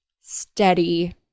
steady